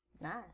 Nice